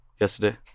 Yesterday